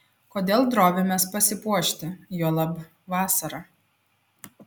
kodėl drovimės pasipuošti juolab vasarą